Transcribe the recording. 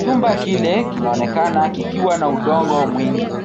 Chumba kile kinaonekana kikiwa na udongo mwingi.